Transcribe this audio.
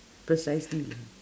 precisely